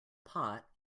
pot